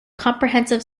comprehensive